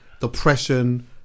depression